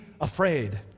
afraid